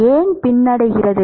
ஏன் பின்னடைகிறது